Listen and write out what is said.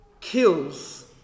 kills